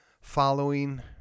following